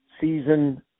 season